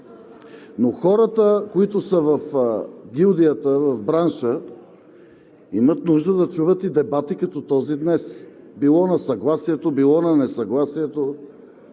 Но хората, които са в гилдията, в бранша, имат нужда да чуват дебати като този днес – било на съгласието, било на несъгласието.